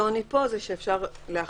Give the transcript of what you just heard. השוני פה הוא שאפשר להכריז